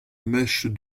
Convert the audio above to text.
mèche